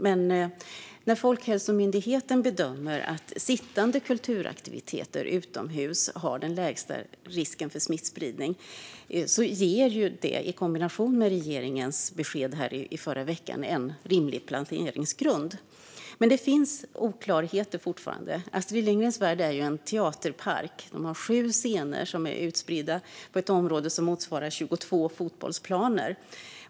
Men när Folkhälsomyndigheten bedömer att sittande kulturaktiviteter utomhus har den lägsta risken för smittspridning ger det i kombination med regeringens besked i förra veckan en rimlig planeringsgrund. Men det finns fortfarande oklarheter. Astrid Lindgrens Värld är en teaterpark. Man har sju scener som är utspridda på ett område som motsvarar 22 fotbollsplaner.